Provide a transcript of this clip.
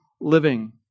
living